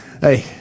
Hey